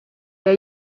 der